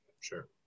Sure